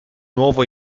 nuovo